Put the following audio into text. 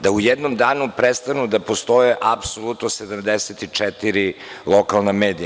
Da u jednom danu prestanu da postoje apsolutno 74 lokalna medija.